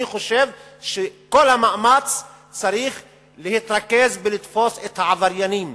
אני חושב שכל המאמץ צריך להתרכז בלתפוס את העבריינים.